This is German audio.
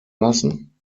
lassen